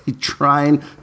trying